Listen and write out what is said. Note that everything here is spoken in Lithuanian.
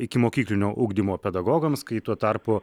ikimokyklinio ugdymo pedagogams kai tuo tarpu